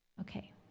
Okay